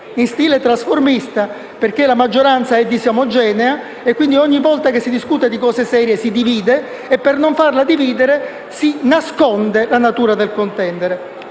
in stile trasformista, perché la maggioranza è disomogenea e quindi ogni volta che si discute di cose serie si divide e per non farla dividere si nasconde la natura del contendere.